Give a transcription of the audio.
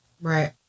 Right